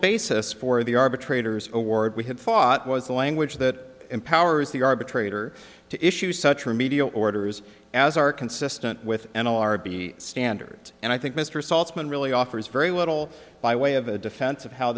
basis for the arbitrator's award we had thought was a language that empowers the arbitrator to issue such remedial orders as are consistent with the standard and i think mr saltzman really offers very little by way of a defense of how